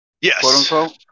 Yes